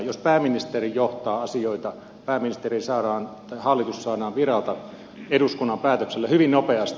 jos pääministeri johtaa asioita hallitus saadaan viralta eduskunnan päätöksellä hyvin nopeasti